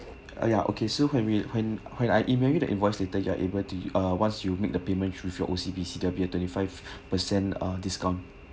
ah ya okay so when we when when I imagine the invoice later you are able to uh once you make the payment choose your O_C_B_C ah there'll be a twenty-five percent discount